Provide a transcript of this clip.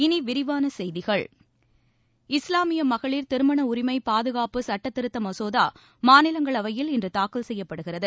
இனி விரிவான செய்திகள் இஸ்லாமிய மகளிர் திருமண உரிமை பாதுகாப்பு சட்ட மசோதா மாநிலங்களவையில் இன்று தாக்கல் செய்யப்படுகிறது